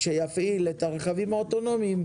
כדי לפעול כמונית הם יצטרכו רישיון.